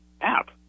app